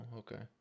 okay